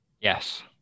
Yes